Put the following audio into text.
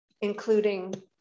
including